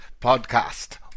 podcast